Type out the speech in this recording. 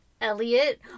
Elliot